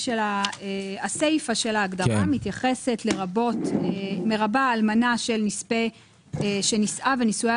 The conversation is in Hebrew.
הסיפא של ההגדרה מתייחסת "לרבות אלמנה של נספה שנישאה ונישואיה